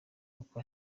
uko